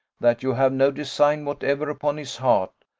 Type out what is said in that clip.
that you have no design whatever upon his heart,